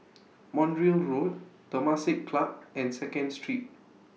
Montreal Road Temasek Club and Second Street